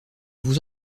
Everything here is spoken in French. vous